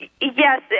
Yes